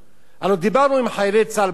הלוא דיברנו עם חיילי צה"ל בגבולות.